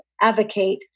advocate